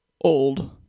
old